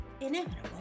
inevitable